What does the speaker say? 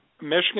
Michigan